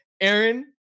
Aaron